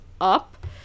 up